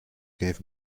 gave